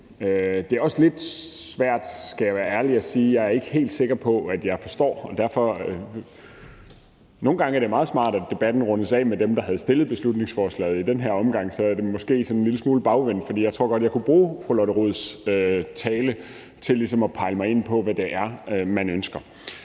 Det er også lidt svært, skal jeg være ærlig og sige; jeg ikke helt sikker på, at jeg forstår det. Nogle gange er det meget smart, at debatten rundes af med dem, der har fremsat beslutningsforslaget. I den her omgang er det måske en lille smule bagvendt, for jeg tror godt, jeg kunne bruge fru Lotte Rods tale til ligesom at pejle mig ind på, hvad det er, man ønsker.